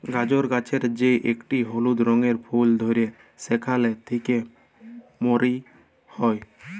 গাজর গাছের যে একটি হলুদ রঙের ফুল ধ্যরে সেখালে থেক্যে মরি হ্যয়ে